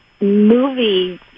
movie